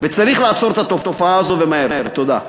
וצריך לעצור את התופעה הזו ומהר, תודה.